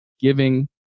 giving